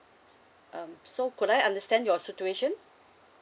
um so could I understand your situation